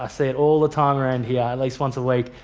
i see it all the time around here, at least once a week,